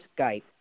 Skype